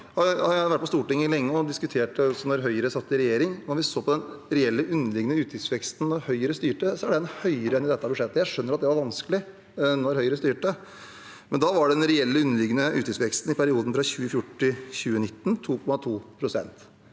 Jeg har vært på Stortinget lenge, også mens Høyre satt i regjering, og den reelle underliggende utgiftsveksten da Høyre styrte, er høyere enn i dette budsjettet. Jeg skjønner at det var vanskelig da Høyre styrte, men den reelle underliggende utgiftsveksten i perioden fra 2014 til 2019